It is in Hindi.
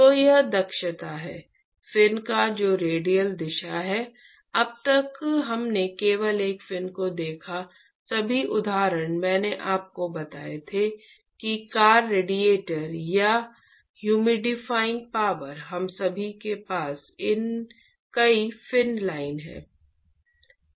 तो यह दक्षता है फिन का जो रेडियल दिशा में है अब तक हमने केवल एक फिन को देखा सभी उदाहरण मैंने आपको बताए थे कि कार रेडिएटर या ह्यूमिडिफाइंग पावर हम सभी के पास कई फिन लाइफ है